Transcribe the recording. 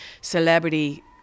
celebrity